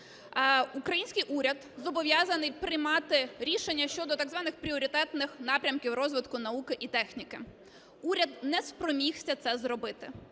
Український уряд зобов'язаний приймати рішення щодо так званих пріоритетних напрямків розвитку науки і техніки. Уряд не спромігся це зробити.